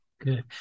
good